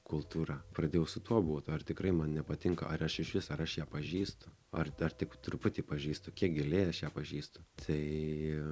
kultūra pradėjau su tuo būt ar tikrai man nepatinka ar aš išvis ar aš ją pažįstu ar dar tik truputį pažįstu kiek giliai aš ją pažįstu tai